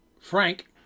Frank